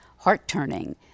heart-turning